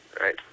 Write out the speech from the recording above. Right